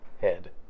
head